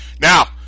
Now